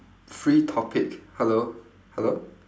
free topic hello hello